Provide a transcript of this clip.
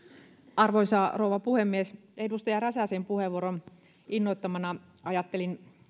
arvoisa rouva puhemies edustaja räsäsen puheenvuoron innoittamana ajattelin